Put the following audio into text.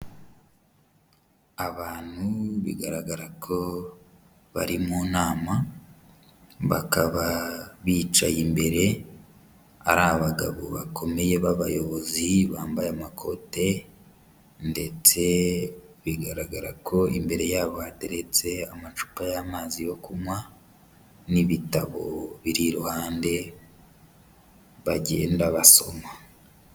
Abantu bigaragara ko bari mu nama, bakaba bicaye imbere ari abagabo bakomeye b'abayobozi bambaye amakote ndetse bigaragara ko imbere yabo hateretse amacupa y'amazi yo kunywa n'ibitabo biri iruhande bagenda basoma.